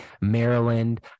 Maryland